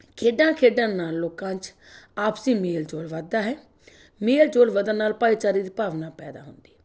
ਖੇਡਾਂ ਖੇਡਣ ਨਾਲ ਲੋਕਾਂ 'ਚ ਆਪਸੀ ਮੇਲ ਜੋਲ ਵੱਧਦਾ ਹੈ ਮੇਲ ਜੋਲ ਵਧਣ ਨਾਲ ਭਾਈਚਾਰੇ ਦੀ ਭਾਵਨਾ ਪੈਦਾ ਹੁੰਦੀ